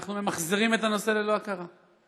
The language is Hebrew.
אנחנו ממחזרים את הנושא ללא הכרה.